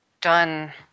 done